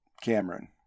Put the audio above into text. Cameron